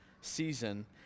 season